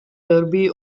derby